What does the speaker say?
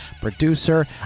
producer